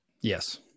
Yes